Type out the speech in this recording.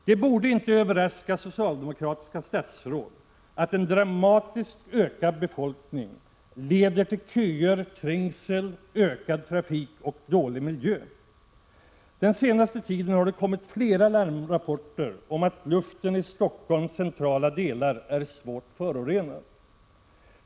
Det borde inte överraska socialdemokratiska statsråd att en dramatiskt ökad befolkning leder till köer, trängsel, ökad trafik och dålig miljö. Den senaste tiden har det kommit flera larmrapporter om att luften i Stockholms centrala delar är svårt förorenad.